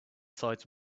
sides